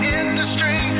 industry